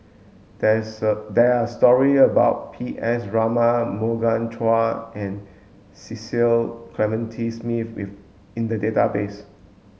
there is there are story about P S Raman Morgan Chua and Cecil Clementi Smith if in the database